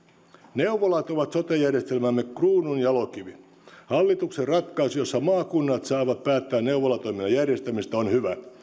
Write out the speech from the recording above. neuvolat ovat sote järjestelmämme kruununjalokivi hallituksen ratkaisu jossa maakunnat saavat päättää neuvolatoiminnan järjestämisestä on hyvä